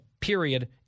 period